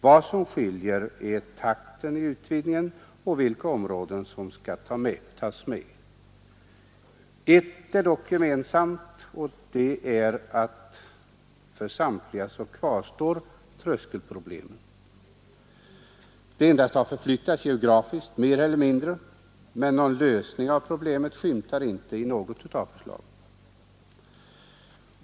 Vad som skiljer oss är takten i utvecklingen och vilka områden som skall tas med. Ett har vi dock gemensamt; alla anser vi att tröskelproblemet finns kvar. Det har endast förflyttats geografiskt mer eller mindre, men någon lösning av problemet skymtar inte i något av förslagen.